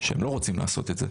שהם לא רוצים לעשות את זה.